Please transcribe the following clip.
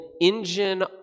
engine